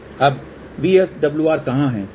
अब VSWR कहाँ है